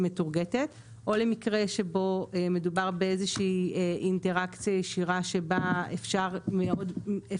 מטורגטת; או למקרה שבו מדובר באיזושהי אינטראקציה ישירה שבה אפשר